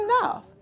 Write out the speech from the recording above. enough